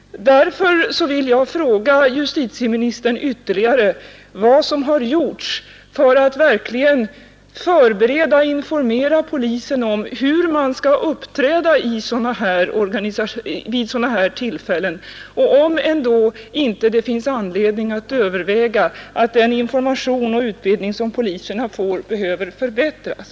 Därför vill jag fråga justitieministern ytterligare: Vad har gjorts för att förbereda och informera polismännen om hur de skal! uppträda vid sådana här tillfällen? Finns det ändå inte anledning att överväga om den information och utbildning som poliserna får behöver förbättras.